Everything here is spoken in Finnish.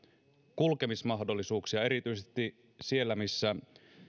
kulkemismahdollisuuksia erityisesti siellä missä